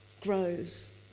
grows